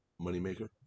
moneymaker